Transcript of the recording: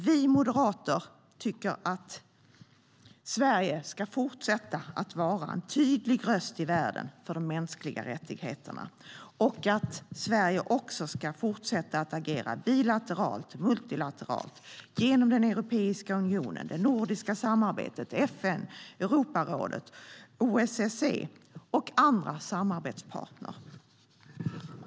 Vi moderater tycker att Sverige ska fortsätta att vara en tydlig röst i världen för de mänskliga rättigheterna och att Sverige också ska fortsätta att agera bilateralt och multilateralt genom Europeiska unionen, det nordiska samarbetet, FN, Europarådet, OSSE och andra samarbetspartner.